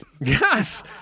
Yes